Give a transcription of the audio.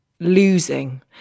losing